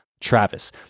Travis